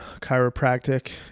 chiropractic